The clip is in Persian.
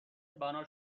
بنا